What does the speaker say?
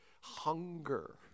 hunger